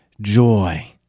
joy